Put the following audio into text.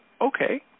okay